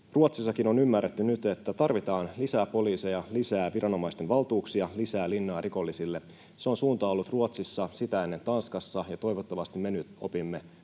Ruotsissakin on ymmärretty nyt, että tarvitaan lisää poliiseja, lisää viranomaisten valtuuksia, lisää linnaa rikollisille. Se on ollut suunta Ruotsissa, sitä ennen Tanskassa, ja toivottavasti me nyt opimme